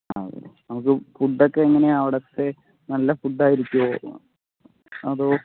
ആണല്ലെ നമുക്ക് ഫുഡ് ഒക്കെ എങ്ങനെയാ അവിടുത്തെ നല്ല ഫുഡ് ആയിരിക്കുമോ അതോ